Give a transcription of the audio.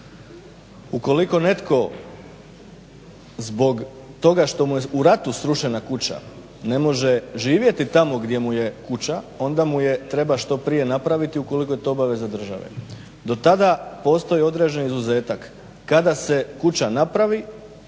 Ukoliko netko zbog toga što mu je u ratu srušena kuća ne može živjeti tamo gdje mu je kuća, onda mu je treba što prije napraviti ukoliko je to obaveza države. Do tada postoji određeni izuzetak. Kada se kuća napravi